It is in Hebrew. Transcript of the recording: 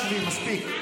בואי, תסתכלי.